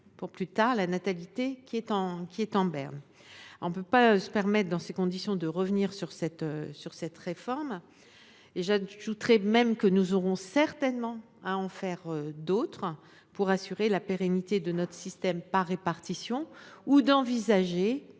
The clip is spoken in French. d’actifs et une natalité en berne. Nous ne pouvons nous permettre, dans ces conditions, de revenir sur cette réforme. J’ajoute même que nous aurons certainement à en conduire d’autres pour assurer la pérennité de notre système par répartition ou à envisager